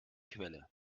quelle